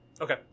Okay